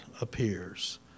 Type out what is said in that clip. appears